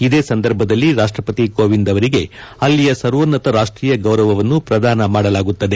ಇದೇ ಸಂದರ್ಭದಲ್ಲಿ ರಾಷ್ಟ್ರಪತಿ ಕೋವಿಂದ್ ಅವರಿಗೆ ಅಲ್ಲಿಯ ಸರ್ವೋನ್ನತ ರಾಷ್ಟೀಯ ಗೌರವವನ್ನು ಪ್ರದಾನ ಮಾಡಲಾಗುತ್ತದೆ